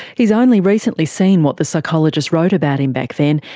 he's only recently seen what the psychologist wrote about him back then,